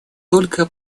только